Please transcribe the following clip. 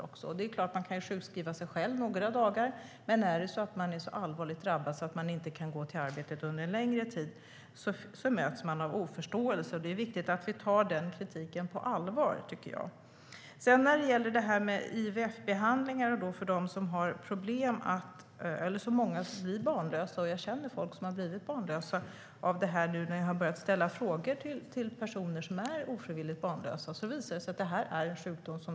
En kvinna kan sjukskriva sig själv några dagar, men är hon så allvarligt drabbad att hon inte kan gå till arbetet under en längre tid är ska hon inte mötas av oförståelse. Det är viktigt att vi tar denna kritik på allvar. När jag har börjat ställa frågor till kvinnor som är ofrivilligt barnlösa visar det sig att många har drabbats av endometrios.